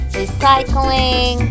recycling